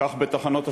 כך בתחנות השידור,